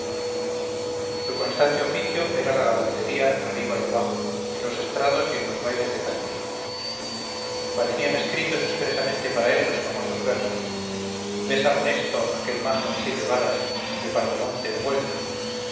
su constante oficio era la galantería arriba y abajo en los estrados y en los bailes de candil parecían escritos expresamente para él los famosos versos oh don